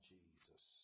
Jesus